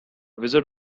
wizard